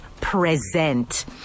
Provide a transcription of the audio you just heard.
present